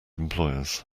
employers